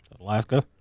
Alaska